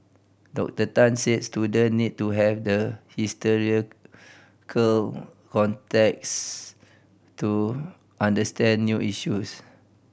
Doctor Tan said student need to have the historical context to understand new issues